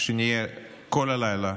שנהיה כל הלילה